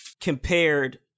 compared